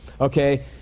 Okay